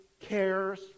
cares